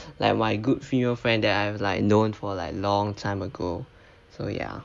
like why good female friend that I was like known for like long time ago so ya